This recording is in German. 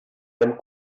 dem